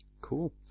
cool